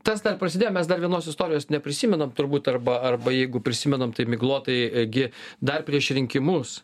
tas dar prasidėjo mes dar vienos istorijos neprisimenam turbūt arba arba jeigu prisimenam tai miglotai gi dar prieš rinkimus